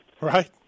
Right